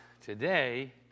today